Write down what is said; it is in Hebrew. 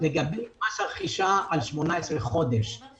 לגבי מס הרכישה על 18 חודש, אני מבקש